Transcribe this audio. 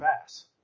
pass